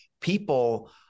people